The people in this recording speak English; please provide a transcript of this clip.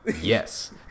Yes